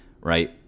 right